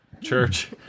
Church